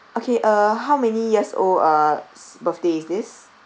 okay uh how many years old uh birthday is this